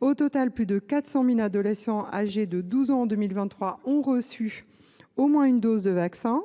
Au total, plus de 400 000 adolescents, âgés de 12 ans en 2023, ont reçu au moins une dose de vaccin